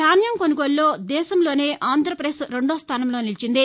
ధాన్యం కొనుగోలులో దేశంలోనే ఆంధ్రాపదేశ్ రెండో స్థానంలో నిలిచింది